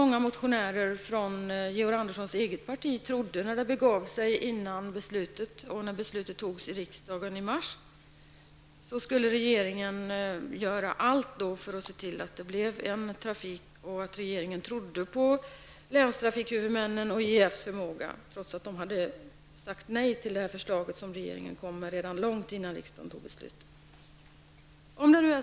Många motionärer från Georg Anderssons eget parti trodde, när det begav sig innan beslutet fattades i riksdagen i mars att regeringen skulle göra allt för att se till att trafiken skulle kunna fortsätta och att regeringen litade på länstrafikmännens förmåga, trots att dessa tidigare sagt nej till regeringens förslag långt innan riksdagen fattade sitt beslut.